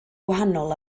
gwahanol